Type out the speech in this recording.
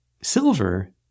Silver